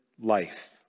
life